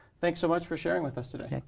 thanks so much for sharing with us today.